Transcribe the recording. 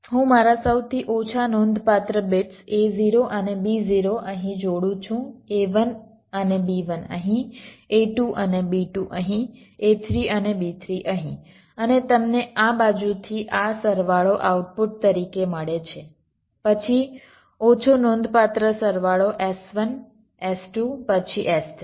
હું મારા સૌથી ઓછા નોંધપાત્ર બીટ્સ A0 અને B0 અહીં જોડું છું A1 અને B1 અહીં A2 અને B2 અહીં A3 અને B3 અહીં અને તમને આ બાજુથી આ સરવાળો આઉટપુટ તરીકે મળે છે પછી ઓછો નોંધપાત્ર સરવાળો S1 S2 પછી S3